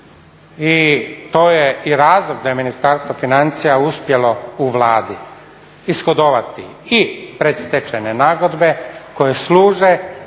i to je i razlog da je Ministarstvo financija uspjelo u Vladi ishodovati i predstečajne nagodbe koje služe